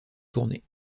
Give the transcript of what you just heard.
tournées